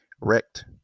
wrecked